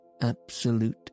absolute